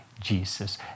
Jesus